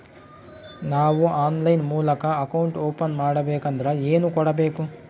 ನಾವು ಆನ್ಲೈನ್ ಮೂಲಕ account open ಮಾಡಬೇಂಕದ್ರ ಏನು ಕೊಡಬೇಕು?